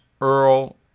Earl